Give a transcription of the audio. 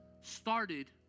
started